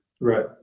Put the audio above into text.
Right